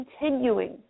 continuing